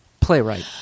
playwright